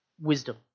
wisdom